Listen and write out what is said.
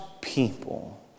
people